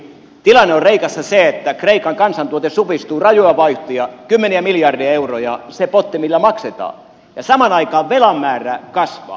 tilanne on kreikassa se että kreikan kansantuote supistuu rajua vauhtia kymmeniä miljardeja euroja se potti millä maksetaan ja samaan aikaan velan määrä kasvaa